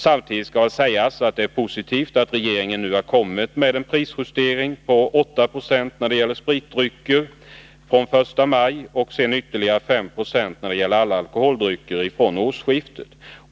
Samtidigt kan sägas att det är positivt att regeringen nu har kommit med en prisjustering på 8 270 från den 1 maj när det gäller spritdrycker och sedan ytterligare en prisjustering på 5 96 från årsskiftet beträffande alla alkoholdrycker.